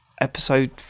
episode